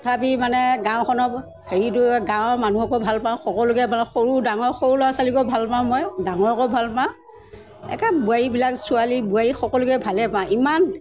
তথাপি মানে গাঁওখনৰ হেৰিটো গাঁৱৰ মানুহকো ভাল পাওঁ সকলোকে ভাল পাওঁ সৰু ডাঙৰ সৰু ল'ৰা ছোৱালীকো ভাল পাওঁ মই ডাঙৰকো ভাল পাওঁ একে বোৱাৰীবিলাক ছোৱালী বোৱাৰী সকলোকে ভালেই পাওঁ ইমান